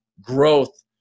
growth